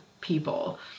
people